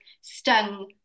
stung